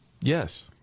Yes